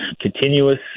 continuous